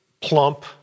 plump